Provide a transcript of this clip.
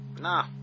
Nah